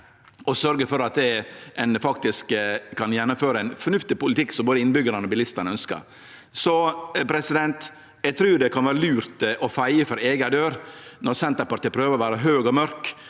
og sørgjer for at ein faktisk kan gjennomføre ein fornuftig politikk som både innbyggjarane og bilistane ønskjer. Eg trur det kan vere lurt å feie for eiga dør, når Senterpartiet prøver å vere høg og mørk